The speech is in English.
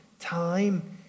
time